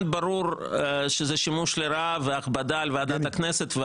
ברור שזה שימוש לרעה והכבדה על ועדת הכנסת.